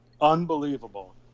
unbelievable